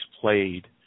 played